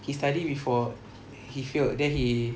he study before he failed then he